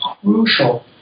crucial